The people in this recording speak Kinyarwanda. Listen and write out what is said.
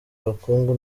ubukungu